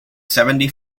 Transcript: seventy